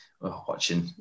watching